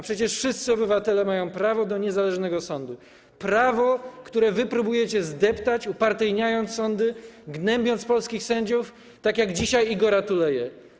Przecież wszyscy obywatele mają prawo do niezależnego sądu, prawo, które wy próbujecie zdeptać, upartyjniając sądy, gnębiąc polskich sędziów, tak jak dzisiaj Igora Tuleyę.